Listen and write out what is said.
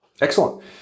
Excellent